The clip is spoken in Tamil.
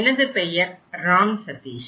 எனது பெயர் ராம் சதீஷ்